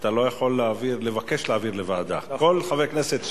שאתה לא יכול לבקש להעביר לוועדה, רק מליאה.